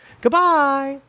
Goodbye